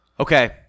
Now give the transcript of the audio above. Okay